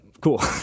cool